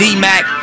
D-Mac